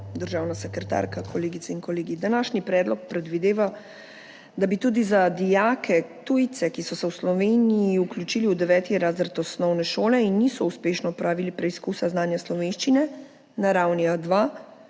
državna sekretarka, kolegice in kolegi! Današnji predlog predvideva, da bi tudi za dijake tujce, ki so se v Sloveniji vključili v 9. razred osnovne šole in niso uspešno opravili preizkusa znanja slovenščine na ravni A2,